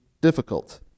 difficult